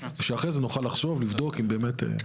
כדי שאחרי זה נוכל לחשוב ולבדוק אם באמת.